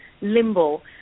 limbo